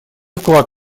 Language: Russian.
вклад